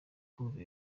kumva